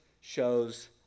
shows